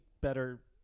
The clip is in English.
better